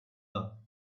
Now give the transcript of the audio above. her